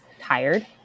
tired